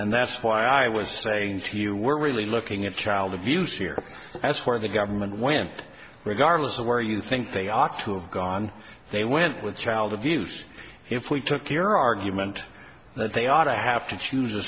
and that's why i was saying to you we're really looking at child abuse here as for the government when regardless of where you think they ought to have gone they went with child abuse if we took your argument that they ought to have to choose a